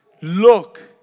look